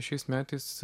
šiais metais